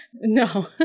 No